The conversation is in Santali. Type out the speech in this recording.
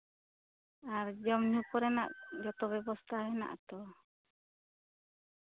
ᱟᱨ ᱡᱚᱢ ᱧᱩ ᱠᱚᱨᱮᱱᱟᱜ ᱡᱚᱛᱚ ᱵᱮᱵᱚᱥᱛᱷᱟ ᱢᱮᱱᱟᱜ ᱟᱛᱚ